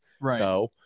Right